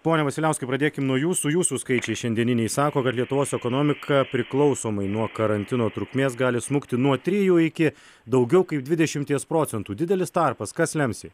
pone vasiliauskai pradėkim nuo jūsų jūsų skaičiai šiandieniniai sako kad lietuvos ekonomika priklausomai nuo karantino trukmės gali smukti nuo trijų iki daugiau kaip dvidešimties procentų didelis tarpas kas lems jį